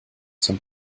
zum